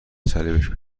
صلیب